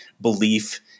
belief